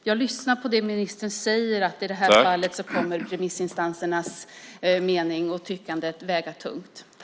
Jag lyssnar på vad ministern säger, att i det här fallet kommer remissinstansernas meningar och tyckanden att väga tungt.